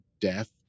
death